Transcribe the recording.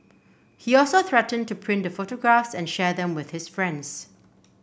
he also threatened to print the photographs and share them with his friends